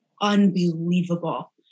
unbelievable